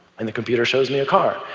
and the computer shows me a car.